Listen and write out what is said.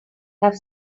have